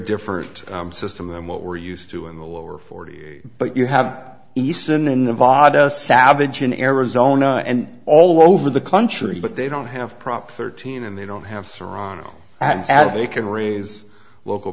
different system than what we're used to in the lower forty but you have eastern in vado savage in arizona and all over the country but they don't have prop thirteen and they don't have serrano and as they can raise local